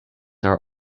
are